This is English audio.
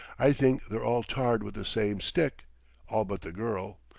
i think they're all tarred with the same stick all but the girl.